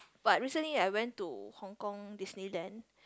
but recently I went to Hong-Kong Disneyland